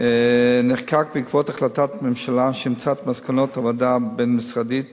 נחקק בעקבות החלטת ממשלה שאימצה את מסקנות הוועדה הבין-משרדית